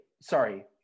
Sorry